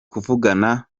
kuvugana